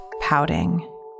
pouting